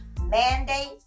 mandate